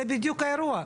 זה בדיוק האירוע.